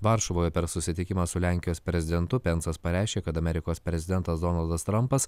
varšuvoje per susitikimą su lenkijos prezidentu pensas pareiškė kad amerikos prezidentas donaldas trampas